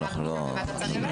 אנחנו לא -- אני